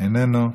איננו,